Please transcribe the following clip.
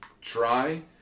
try